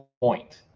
point